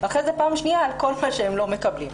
ופעם שנייה על כל מה שהם לא מקבלים.